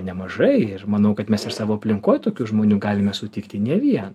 nemažai ir manau kad mes ir savo aplinkoj tokių žmonių galime sutikti ne vien